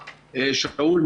שאול,